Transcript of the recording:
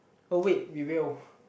oh wait we will